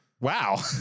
Wow